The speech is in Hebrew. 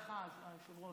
תודה לך, היושב-ראש.